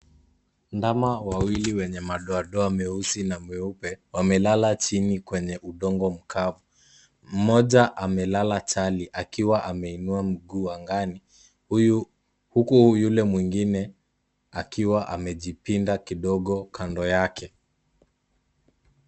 Ndama wawili wenye mandoandoa meusi na meupe wamelala chini kwenye udongo mkavu, mmoja amelala chali akiwa ameinua mguu angani, huku yule mwingine akiwa amejipinda kidogo kando yake.